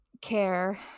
care